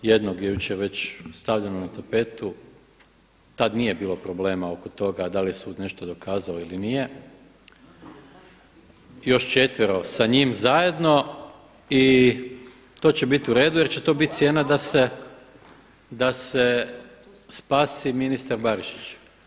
Jednog je jučer već stavljeno na tapetu, tada nije bilo problema oko toga da li su nešto dokazao ili nije, još četvero sa njim zajedno i to će biti uredu jer će to biti cijena da se spasi ministar Barišić.